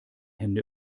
hände